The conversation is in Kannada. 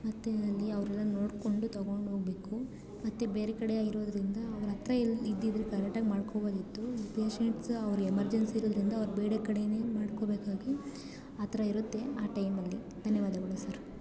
ಮತ್ತು ಅಲ್ಲಿ ಅವರ್ನೆಲ್ಲ ನೋಡಿಕೊಂಡು ತೊಗೊಂಡು ಹೋಗಬೇಕು ಮತ್ತು ಬೇರೆ ಕಡೆ ಆಗಿರೋದರಿಂದ ಅವ್ರ ಹತ್ರ ಇಲ್ಲಿ ಇದ್ದಿದ್ದರೆ ಕರೆಕ್ಟಾಗಿ ಮಾಡ್ಕೋಬೋದಿತ್ತು ಪೇಷಂಟ್ಸ್ ಅವ್ರು ಎಮರ್ಜೆನ್ಸಿ ಇರೋದರಿಂದ ಅವ್ರು ಬೇರೆ ಕಡೆಯೇ ಮಾಡ್ಕೋಬೇಕಾಗಿ ಆ ಥರ ಇರುತ್ತೆ ಆ ಟೈಮಲ್ಲಿ ಧನ್ಯವಾದಗಳು ಸರ್